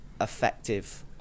effective